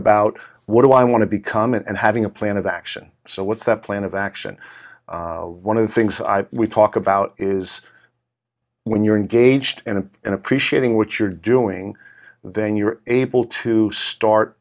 about what do i want to become and having a plan of action so what's that plan of action one of the things i will talk about is when you're engaged and in appreciating what you're doing then you're able to start